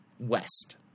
west